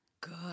good